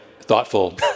thoughtful